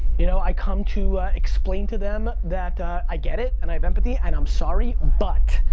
you know, i come to explain to them that i get it, and i have empathy and i'm sorry, but.